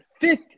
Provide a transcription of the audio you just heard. Fifth